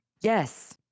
Yes